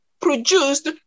produced